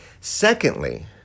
Secondly